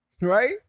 Right